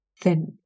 thin